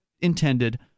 intended